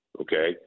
okay